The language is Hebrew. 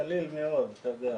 קליל מאוד, אתה יודע.